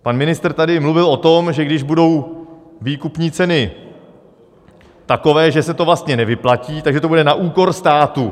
Pan ministr tady mluvil o tom, že když budou výkupní ceny takové, že se to vlastně nevyplatí, tak že to bude na úkor státu.